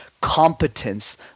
competence